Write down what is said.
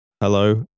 hello